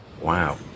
Wow